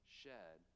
shed